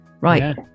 Right